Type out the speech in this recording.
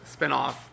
spinoff